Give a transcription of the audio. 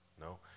No